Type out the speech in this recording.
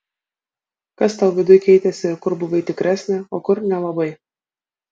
kas tau viduj keitėsi ir kur buvai tikresnė o kur nelabai